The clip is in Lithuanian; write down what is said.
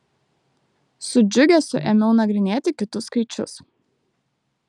su džiugesiu ėmiau nagrinėti kitus skaičius